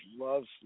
Loves